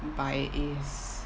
buy is